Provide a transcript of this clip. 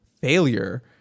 failure